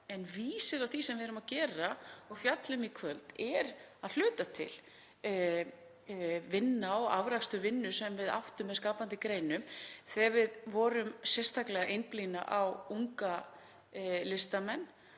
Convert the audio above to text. En vísir að því sem við erum að gera og fjalla um í kvöld er að hluta til vinna og afrakstur vinnu sem við áttum með skapandi greinum þegar við vorum sérstaklega að einblína á unga listamenn